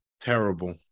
Terrible